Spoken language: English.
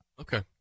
Okay